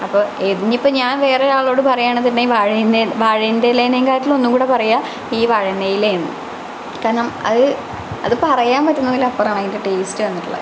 അപ്പൊ എ ഇനിപ്പം ഞാൻ വേറൊരാളോട് പറയാണെന്നുണ്ടെങ്കില് വാഴ വാഴെൻ്റെ ഇലേക്കാട്ടിലും ഒന്നുകൂടെ പറയാ ഈ വഴണ ഇലയാണ് കാരണം അത് അത് പറയാൻ പറ്റുന്നതിലും അപ്പുറാണ് അതിൻ്റെ ടേസ്റ്റ് വന്നിട്ടുള്ളത്